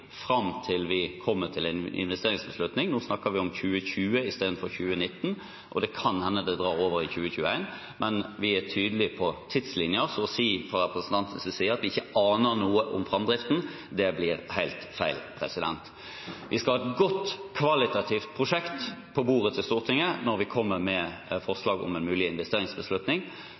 fram til vi kommer til en investeringsbeslutning – nå snakker vi om 2020 istedenfor 2019, og det kan hende det drar over i 2021. Men vi er tydelige på tidslinjen, så det å si fra representantens side at vi ikke aner noe om framdriften, blir helt feil. Vi skal ha et kvalitativt godt prosjekt på bordet til Stortinget når vi kommer med forslag om en mulig investeringsbeslutning.